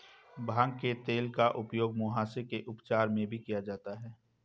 भांग के तेल का प्रयोग मुहासे के उपचार में भी किया जाता है